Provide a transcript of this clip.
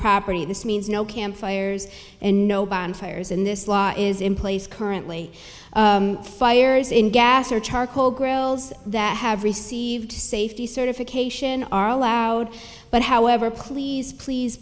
property this means no campfires and no bonfires in this law is in place currently fires in gas or charcoal grills that have received safety certification are allowed but however please please